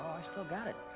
i still got it.